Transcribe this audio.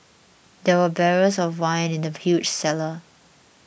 there were barrels of wine in the huge cellar